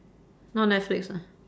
not netflix ah